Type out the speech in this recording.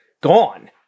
gone